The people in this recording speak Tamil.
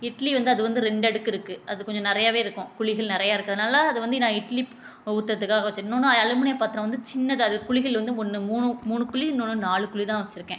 இட்லி வந்து அது வந்து ரெண்டு அடுக்கு இருக்கு அது கொஞ்சம் நிறையவே இருக்கும் குழிகள் நிறைய இருக்கிறதனால அது வந்து நான் இட்லி ஊற்றறதுக்காக வச்சேன் இன்னோன்னு அலுமினியம் பாத்திரம் வந்து சின்னது அது குழிகள் வந்து ஒன்று மூணு மூணு குழி இன்னோன்னு நாலு குழி தான் வச்சுருக்கேன்